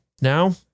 now